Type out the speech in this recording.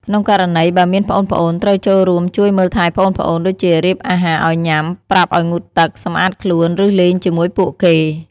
ក្នុងករណីបើមានប្អូនៗ ត្រូវចូលរួមជួយមើលថែប្អូនៗ ដូចជារៀបអាហារឱ្យញុំា ប្រាប់ឲ្យងូតទឹក សម្អាតខ្លួន ឬលេងជាមួយពួកគេ។